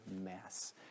mess